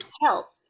help